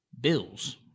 bills